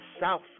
South